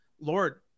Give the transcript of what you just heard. Lord